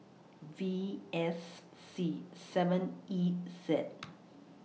V S C seven E Z